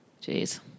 Jeez